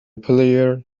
player